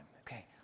Okay